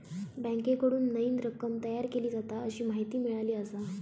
बँकेकडून नईन रक्कम तयार केली जाता, अशी माहिती मिळाली आसा